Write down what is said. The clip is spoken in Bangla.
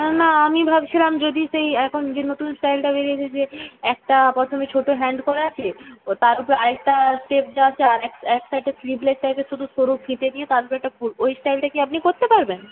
না আমি ভাবছিলাম যদি সেই এখন যে নতুন স্টাইলটা বেরিয়েছে যে একটা প্রথমে ছোটো হ্যান্ড করা আছে ওটার ওপর আরেকটা স্টেপ দেওয়া আছে একটাতে স্লিভলেস টাইপের শুধু সরু ফিতে দিয়ে তারপরে একটা ফুল ওই স্টাইলটা কি আপনি করতে পারবেন